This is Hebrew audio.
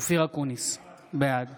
אופיר אקוניס, בעד